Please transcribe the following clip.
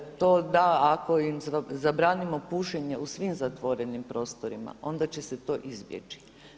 To da, ako im zabranimo pušenje u svim zatvorenim prostorima onda će ste to izbjeći.